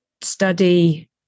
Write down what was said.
study